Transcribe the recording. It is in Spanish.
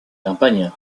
campaña